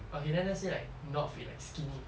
okay then let's say like not fit like skinny